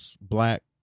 Black